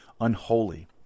unholy